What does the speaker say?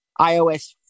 iOS